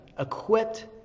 equipped